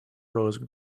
rose